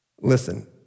Listen